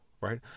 Right